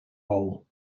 role